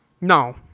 no